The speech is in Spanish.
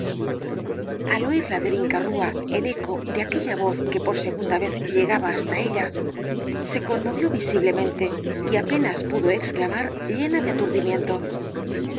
oir la de vinca rúa el eco de aquella voz que por segunda vez llegaba hasta ella se conmovió visiblemente y apenas pudo exclamar llena de aturdimiento